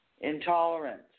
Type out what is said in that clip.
Intolerance